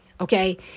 okay